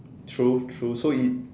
true true so it